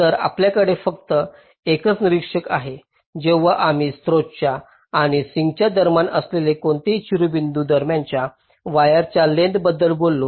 तर आपल्याकडे फक्त एकच निरीक्षण आहे जेव्हा आम्ही स्त्रोताच्या आणि सिंकच्या दरम्यान असलेल्या कोणत्याही शिरोबिंदू दरम्यानच्या वायरच्या लेंग्थसबद्दल बोलतो